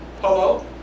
Hello